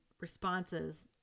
responses